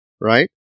right